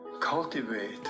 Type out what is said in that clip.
cultivate